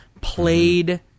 played